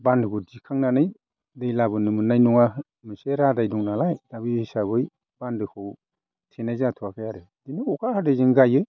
बान्दोखौ दिखांनानै दै लाबोनो मोननाय नङा मोनसे रादाय दं नालाय दा बे हिसाबै बान्दोखौ थेनाय जाथ'आखै आरो बेनो अखा हादैजों गायो